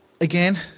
again